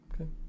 Okay